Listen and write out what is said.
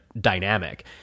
dynamic